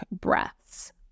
breaths